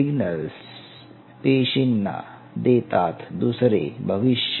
हे सिग्नल्स पेशींना देतात दुसरे भविष्य